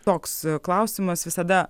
toks klausimas visada